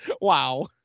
Wow